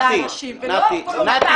לאנשים, ולא וולונטרית להיענות להם.